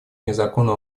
незаконным